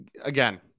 Again